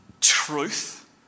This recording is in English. truth